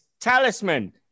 Talisman